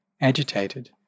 agitated